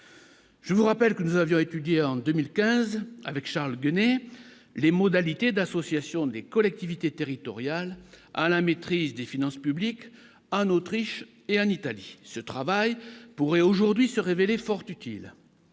je vous rappelle que nous avions étudié en 2015 avec Charles Guené, les modalités d'associations, des collectivités territoriales à la maîtrise des finances publiques en Autriche et en Italie, ce travail pourrait aujourd'hui se révéler fort utiles